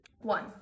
one